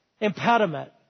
impediment